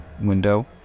window